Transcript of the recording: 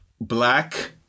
Black